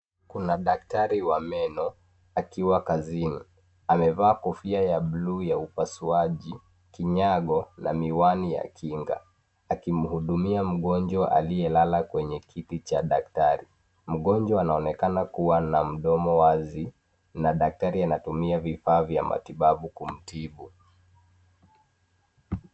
Kuna daktari wa meno akiwa kazini amevaa kofia ya buluu ya upasuaji kinyago na miwani ya kinga akimhudumia mgonjwa aliyelala kwenye kiti cha daktari mgonjwa anaonekana kua na mdomo wazi na daktari anatumia vifaa vya matibabu kumtibu.